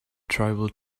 tribal